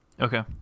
okay